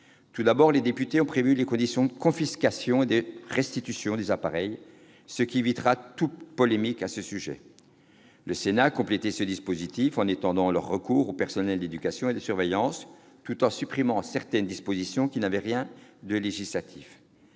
Tout d'abord, les députés ont précisé les conditions de confiscation et de restitution des appareils, ce qui évitera toute polémique à ce sujet. Le Sénat a complété ce dispositif, en en étendant le recours aux personnels d'éducation et de surveillance, tout en supprimant certaines dispositions qui n'avaient rien de législatif.